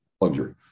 luxury